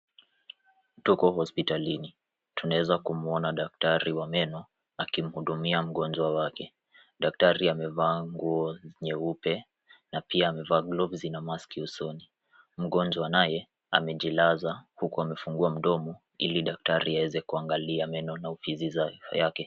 Tuko hospitalini, tunaweza kumuona daktari wa meno akimhudumia mgonjwa wake. Daktari amevaa nguo nyeupe na pia amevaa glavu na mask usoni. Mgonjwa naye amejilaza huku amefungua mdomo, ili daktari aweze kuangalia meno na ufizi yake.